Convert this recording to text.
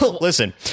Listen